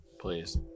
please